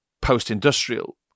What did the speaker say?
post-industrial